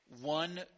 one